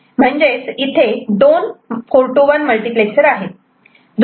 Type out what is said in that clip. म्हणजेच इथे दोन 4 to 1मल्टिप्लेक्सर आहेत